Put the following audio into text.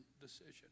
decision